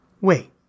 Wait